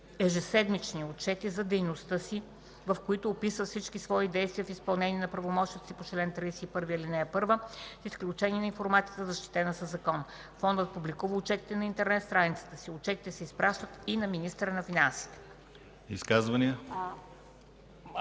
ежеседмични отчети за дейността си, в които описва всички свои действия в изпълнение на правомощията си по чл. 31, ал. 1, с изключение на информацията, защитена със закон. Фондът публикува отчетите на интернет страницата си. Отчетите се изпращат и на министъра на финансите”.”